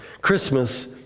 Christmas